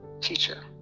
teacher